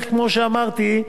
כמו שאמרתי,